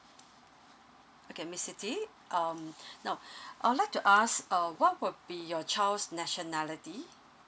okay miss siti um now I would like to ask uh what would be your child's nationality